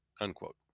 Unquote